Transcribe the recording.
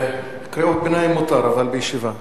קריאות ביניים מותר, אבל בישיבה.